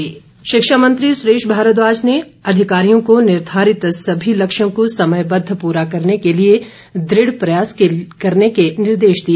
सुरेश भारद्वाज शिक्षा मंत्री सुरेश भारद्वाज ने अधिकारियों को निर्धारित सभी लक्ष्यों को समयबद्ध पूरा करने के लिए दृढ़ प्रयास ्करने के निर्देश दिए